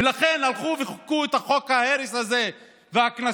ולכן הלכו וחוקקו את חוק ההרס הזה והקנסות.